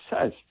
says